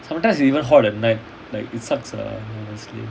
sometimes even hot at night like it's sucks uh honestly